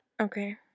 Okay